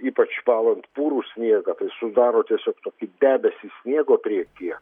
ypač valant purų sniegą tai sudaro tiesiog tokie debesys sniego priekyje